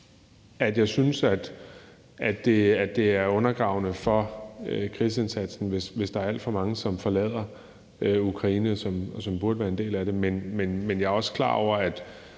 jeg synes, at det er undergravende for krigsindsatsen, hvis der er alt for mange, som forlader Ukraine, og som burde være en del af det. Men jeg er også klar over som